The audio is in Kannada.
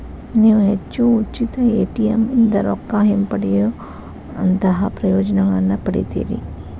ನೇವು ಹೆಚ್ಚು ಉಚಿತ ಎ.ಟಿ.ಎಂ ಇಂದಾ ರೊಕ್ಕಾ ಹಿಂಪಡೆಯೊಅಂತಹಾ ಪ್ರಯೋಜನಗಳನ್ನ ಪಡಿತೇರಿ